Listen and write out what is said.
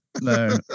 No